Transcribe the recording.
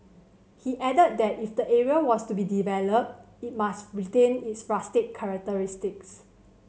he added that if the area was to be developed it must retain its rustic characteristics